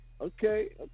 okay